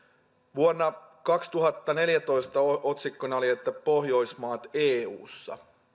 vuonna kaksituhattaneljätoista otsikkona oli pohjoismaat eussa tämä